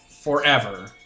forever